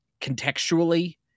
contextually